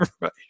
Right